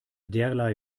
derlei